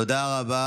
תודה רבה.